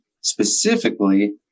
specifically